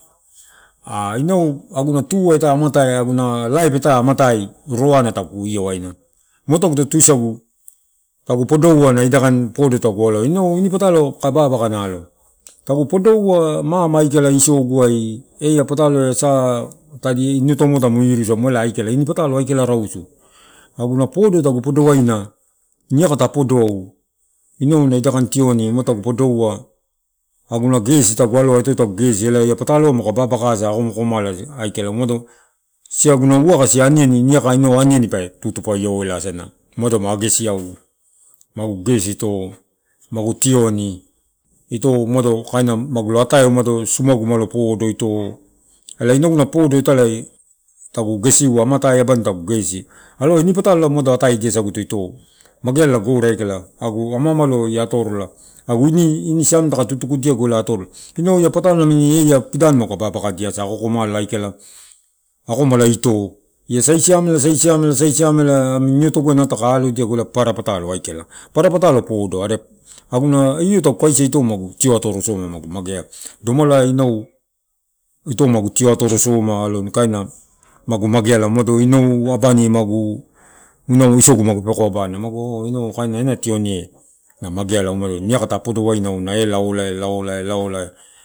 A-inau aguna, tuai, ita amatai, roroana tagu io waina, tagu to tusagu, tagu podoua na ida kaini podo tagu alo. Inau ini patalo kaka, babaka, tagu podoua mama aikala isoguai ei patalo eh sa, niotomuai, tamu iru samu. Ini patalo aikala rausu, aguna podo tagu podo waina, niaka ta apodoau, inau na idakain tioni, uma tagu podo ua, aguna gesi, tagu aloa, ito tagu gesi elae ea patolo maguka babaka asa, aikala, umado siam aguna aniani niaka inau aniani pe tutupaelauasa umado ma agesiau, magu gesi ito, magu tioni, itokaina magu atae umado sumagu malo podo, ito elae, ea podo italae tagugesiua amatai abani ta gesi ea ini patalo ela ataedia saguto magealagu gore aika agu malalo ia atorola, agu ini. Ini siam taka tutuku egu ia atorola inau ea patolo nami pidani maguka babaka diasa ako mala ito ia saisiam, saisiam, saisiamela nami niotogeu taka allodia, ela paparapatalo aikala. Papara putalo podo are aguna io tagukaisia, ito magu tio atorosoma, magu, magea domalai ito tio atorosoma kaina magumageala, umado inau abani inau isogu magu peko abana, kaina magua oh kain ina magua inau ena tioni eh, na magea alau niaka ta apodoau nuela laoai, laoai, laolai.